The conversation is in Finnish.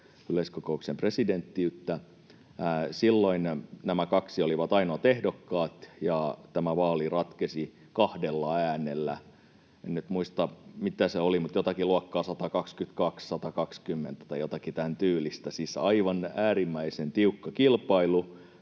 yleiskokouksen presidenttiyttä. Silloin nämä kaksi olivat ainoat ehdokkaat ja tämä vaali ratkesi kahdella äänellä. En nyt muista, mitä se oli, mutta jotakin luokkaa 122—120 tai jotakin tämän tyylistä, siis aivan äärimmäisen tiukka kilpailu.